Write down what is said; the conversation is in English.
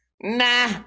Nah